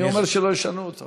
מי אומר שלא ישנו אותו?